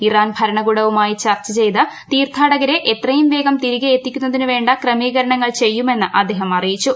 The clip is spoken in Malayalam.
ഇറാൻ ഭരണകൂടവുമായി ചർച്ചചെയ്ത് തീർത്ഥാടകരെ എത്രയും വേഗം തിരികെ എത്തിക്കുന്നതിന് വേ ക്രമീകരണങ്ങൾ ചെയ്യുമെന്ന് അദ്ദേഹം അറിയിച്ചു